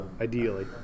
Ideally